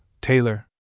Taylor